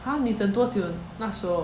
!huh! 你等多久那时候